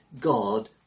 God